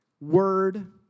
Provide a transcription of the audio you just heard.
word